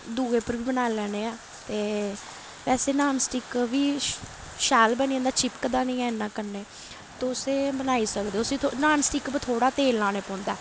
दुए उप्पर बी बनाई लैन्ने आं ते वैसे नान स्टिक बी शैल बनी जंदा चिपकदा नेईं ऐ इन्ना कन्नै तुसें बनाई सकदे ओ नान स्टिक पर थोह्ड़ा तेल लानै पौंदा ऐ